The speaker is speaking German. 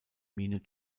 mine